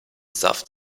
saft